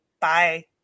Bye